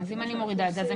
אם אני מורידה את זה,